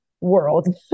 world